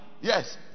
Yes